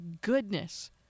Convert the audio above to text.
goodness